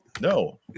No